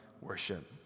worship